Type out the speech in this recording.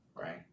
right